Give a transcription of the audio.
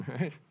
right